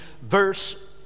verse